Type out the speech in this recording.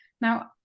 Now